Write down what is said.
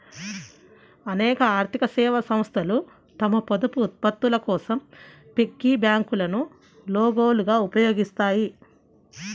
అనేక ఆర్థిక సేవా సంస్థలు తమ పొదుపు ఉత్పత్తుల కోసం పిగ్గీ బ్యాంకులను లోగోలుగా ఉపయోగిస్తాయి